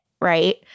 right